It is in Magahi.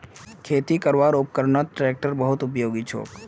खेती करवार उपकरनत ट्रेक्टर बहुत उपयोगी छोक